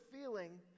feeling